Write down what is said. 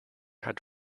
had